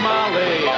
Molly